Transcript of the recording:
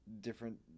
different